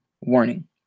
warning